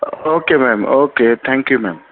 okay ma'am okay thank you ma'am